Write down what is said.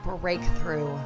breakthrough